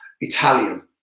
Italian